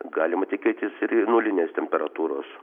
galima tikėtis ir nulinės temperatūros